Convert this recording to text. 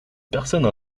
personne